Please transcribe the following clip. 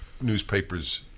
newspapers